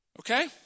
Okay